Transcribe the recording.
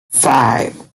five